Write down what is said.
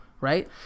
Right